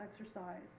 exercise